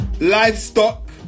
livestock